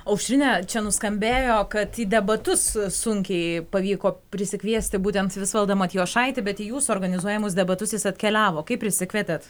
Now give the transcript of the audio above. aušrine čia nuskambėjo kad į debatus sunkiai pavyko prisikviesti būtent visvaldą matijošaitį bet į jūsų organizuojamus debatus jis atkeliavo kaip prisikvietėt